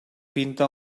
pinta